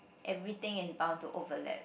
everything is bound to overlap